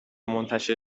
منتشر